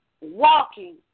walking